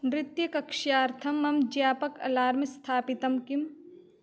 नृत्यकक्षार्थं मम ज्ञापक अलार्म् स्थापितं किम्